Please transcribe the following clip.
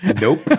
nope